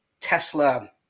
Tesla